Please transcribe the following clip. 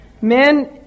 Men